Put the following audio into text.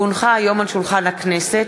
כי הונחה היום על שולחן הכנסת,